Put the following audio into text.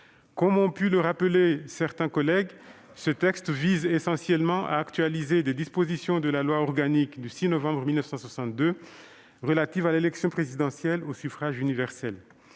Comme ont pu le rappeler certains collègues, ce texte vise essentiellement à actualiser des dispositions de la loi du 6 novembre 1962 relative à l'élection du Président de la République au suffrage universel.